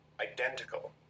identical